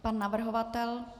Pan navrhovatel?